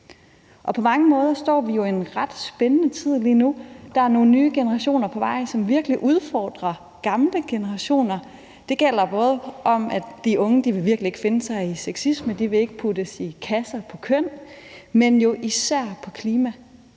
På mange måder lever vi jo i en ret spændende tid lige nu. Der er nogle nye generationer på vej, som virkelig udfordrer gamle generationer. Det gælder både om, at de unge virkelig ikke vil finde sig i sexisme, og at de ikke vil puttes i kasser i forhold til køn,